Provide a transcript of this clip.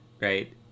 Right